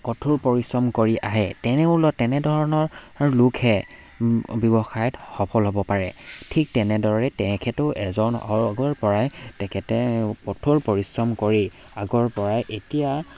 কঠোৰ পৰিশ্ৰম কৰি আহে তেনেলত তেনেধৰণৰ লোকহে ব্যৱসায়ত সফল হ'ব পাৰে ঠিক তেনেদৰে তেখেতও এজন আগৰ পৰাই তেখেতে কঠোৰ পৰিশ্ৰম কৰি আগৰ পৰাই এতিয়া